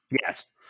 yes